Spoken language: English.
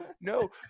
no